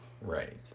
Right